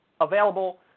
available